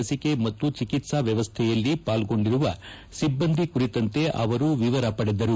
ಲಸಿಕೆ ಮತ್ತು ಚಿಕಿತ್ಸಾ ವ್ಯವಸ್ಥೆಯಲ್ಲಿ ಪಾಲ್ಗೊಂಡಿರುವ ಸಿಬ್ಬಂದಿ ಕುರಿತಂತೆ ಅವರು ವಿವರ ಪಡೆದರು